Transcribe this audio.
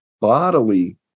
bodily